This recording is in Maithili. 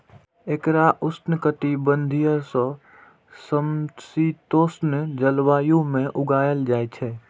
एकरा उष्णकटिबंधीय सं समशीतोष्ण जलवायु मे उगायल जाइ छै